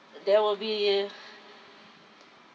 there will be a